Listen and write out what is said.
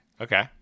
Okay